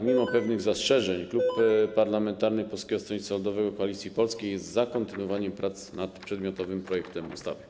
Mimo pewnych zastrzeżeń Klub Parlamentarny Polskie Stronnictwo Ludowe - Koalicja Polska jest za kontynuowaniem prac nad przedmiotowym projektem ustawy.